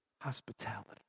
hospitality